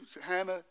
Hannah